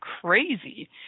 crazy –